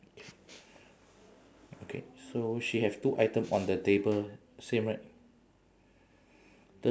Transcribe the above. okay so she have two item on the table same right